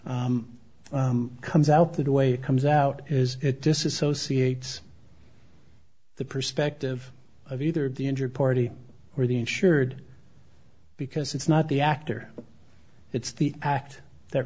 comes out the way it comes out is it disassociates the perspective of either the injured party or the insured because it's not the actor it's the act that